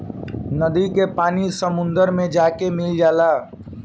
नदी के पानी समुंदर मे जाके मिल जाला